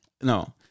no